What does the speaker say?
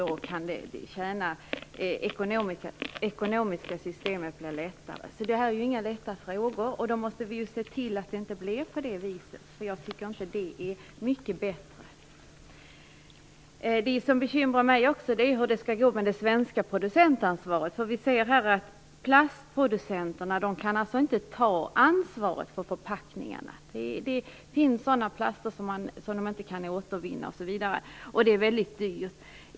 Man kan tjäna på det. Det ekonomiska systemet blir lättare. Detta är alltså inga lätta frågor. Vi måste se till att det inte blir på det viset, för jag tycker inte att det vore mycket bättre. Det som också bekymrar mig är hur det skall gå med det svenska producentansvaret. Vi ser att plastproducenterna inte kan ta ansvaret för förpackningarna. Det finns plaster som man inte kan återvinna osv. och det är väldigt dyrt.